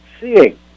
seeing